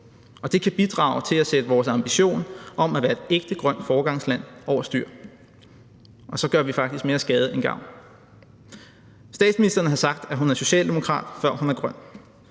det kan bidrage til at sætte vores ambition om at være et ægte grønt foregangsland over styr, og så gør vi faktisk mere skade end gavn. Statsministeren har sagt, at hun er socialdemokrat, før hun er grøn.